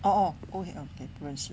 orh orh okay okay 不认识